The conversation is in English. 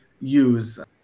use